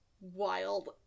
wild